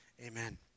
amen